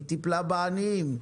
היא טיפלה בעניים,